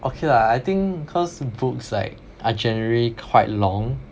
okay lah I think cause books like are generally quite long